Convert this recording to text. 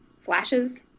flashes